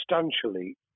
substantially